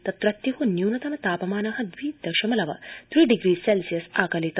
तत्रत्यो न्यूनतम तापमान द्वि दशमलव त्रि डिग्री सेल्सियस कलित